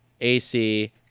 AC